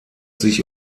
sich